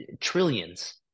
trillions